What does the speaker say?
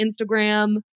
Instagram